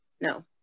No